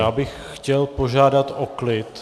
Já bych chtěl požádat o klid.